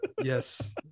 Yes